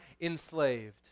enslaved